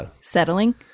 settling